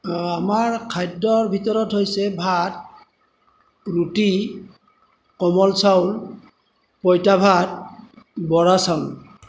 অঁ আমাৰ খাদ্যৰ ভিতৰত হৈছে ভাত ৰুটি কোমল চাউল পঁইতা ভাত বৰা চাউল